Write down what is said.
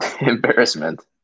embarrassment